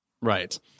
Right